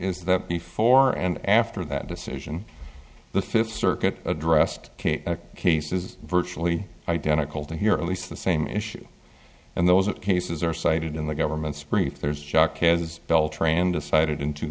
is that before and after that decision the fifth circuit addressed cases virtually identical to here at least the same issue and those cases are cited in the government's brief there's shock as well trained decided in two